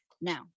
Now